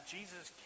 Jesus